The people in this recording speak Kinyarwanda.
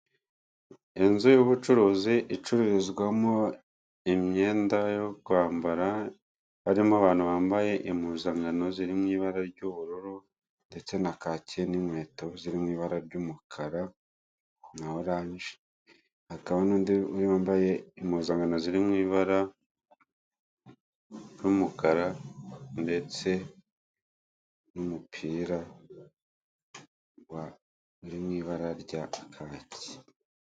Inzu y'ubucuruzi icururizwamo imyenda yo kwambara harimo abantu bambaye impuzankano ziri mu ibara ry'ubururu ndetse na kake n'inkweto ziri mu ibara ry'umukara na orange, hakaba n'undi wambaye impuzankano ziri mu ibara ry'umukara ndetse n'umupira wa uri mu ibara rya kake